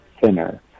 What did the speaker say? thinner